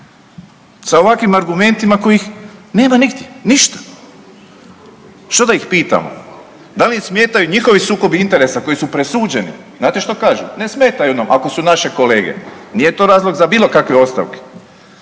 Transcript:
sa ovakvim argumentima kojih nema nigdje, ništa. Šta da ih pitamo? Da li im smetaju njihovi sukobi interesa koji su presuđeni? Znate što kažu, ne smetaju nam ako su naše kolege, nije to razlog za bilo kakve ostavke.